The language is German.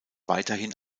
weiterhin